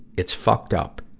it's fucked up,